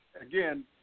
Again